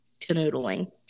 canoodling